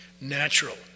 natural